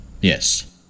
Yes